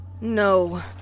No